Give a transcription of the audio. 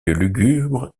lugubre